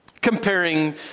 comparing